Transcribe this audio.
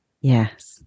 Yes